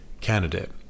candidate